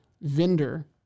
vendor